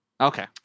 okay